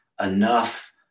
enough